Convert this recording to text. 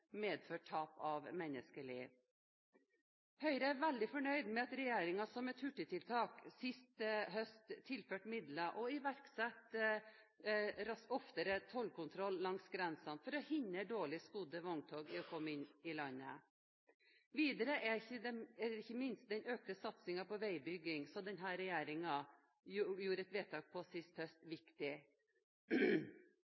tap av menneskeliv. Høyre er veldig fornøyd med at regjeringen som et hurtigtiltak sist høst tilførte midler, og iverksatte hyppigere tollkontroll langs grensene for å hindre dårlig skodde vogntog i å komme inn i landet. Videre er ikke minst den økte satsingen på veibygging som denne regjeringen fattet et vedtak om sist høst,